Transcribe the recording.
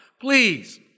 please